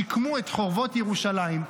שיקמו את חורבות ירושלים,